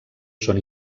són